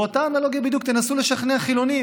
באותה אנלוגיה בדיוק תנסו לשכנע חילונים